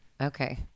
Okay